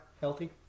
healthy